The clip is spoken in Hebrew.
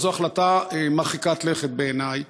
אבל זו החלטה מרחיקת לכת בעיני,